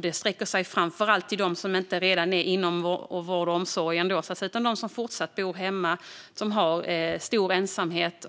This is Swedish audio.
Den riktar sig framför allt till dem som inte redan nås av vård och omsorg utan fortfarande bor hemma och har stor ensamhet,